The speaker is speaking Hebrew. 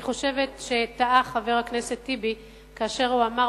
אני חושבת שטעה חבר הכנסת טיבי כאשר הוא אמר